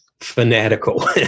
fanatical